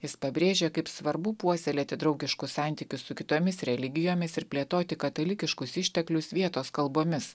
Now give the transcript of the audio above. jis pabrėžė kaip svarbu puoselėti draugiškus santykius su kitomis religijomis ir plėtoti katalikiškus išteklius vietos kalbomis